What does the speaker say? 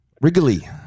Wrigley